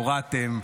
שהורדתם.